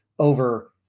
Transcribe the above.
over